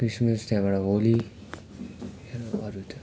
Christmas त्यहाँबाट होली अरू त